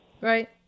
Right